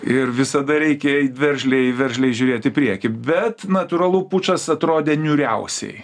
ir visada reikia eit veržliai veržliai žiūrėt į priekį bet natūralu pučas atrodė niūriausiai